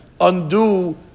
undo